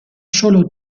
solo